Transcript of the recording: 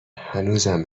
هنوزم